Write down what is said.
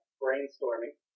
brainstorming